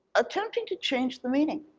attempting to change the meaning.